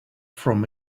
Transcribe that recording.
from